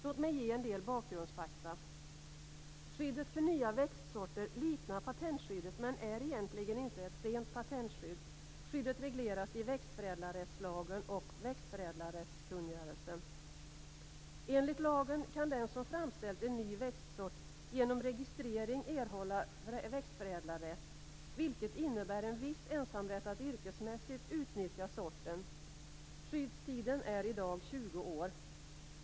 Låt mig ge en del bakgrundsfakta. Skyddet för nya växtsorter liknar patentskyddet, men är egentligen inte ett rent patentskydd. Skyddet regleras i växtförädlarrättslagen och i växförädlarrättskungörelsen. Enligt lagen kan den som framställt en ny växtsort genom registrering erhålla växtförädlarrätt, vilket innebär en viss ensamrätt att yrkesmässigt utnyttja sorten. Skyddstiden är i dag 20 år.